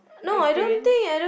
experience